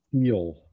feel